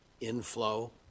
inflow